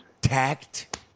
Tact